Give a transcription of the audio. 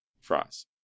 fries